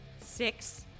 six